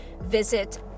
visit